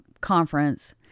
conference